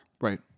Right